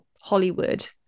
Hollywood